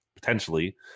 Potentially